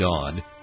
God